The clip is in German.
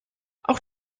auch